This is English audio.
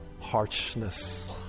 harshness